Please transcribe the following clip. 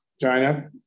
China